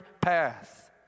path